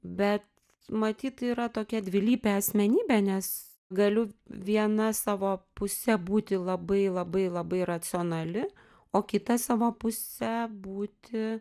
bet matyt yra tokia dvilypė asmenybė nes galiu viena savo puse būti labai labai labai racionali o kita savo puse būti